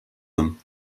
them